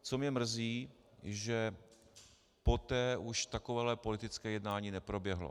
Co mě mrzí, je to, že poté už takové politické jednání neproběhlo.